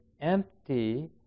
empty